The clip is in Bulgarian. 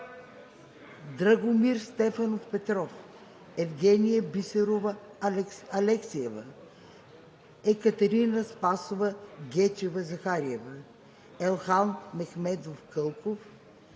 Драгомир Стефанов Петров - тук Евгения Бисерова Алексиева - тук Екатерина Спасова Гечева-Захариева - тук Елхан Мехмедов Кълков